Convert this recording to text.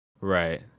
right